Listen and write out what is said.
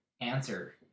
answer